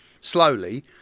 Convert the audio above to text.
slowly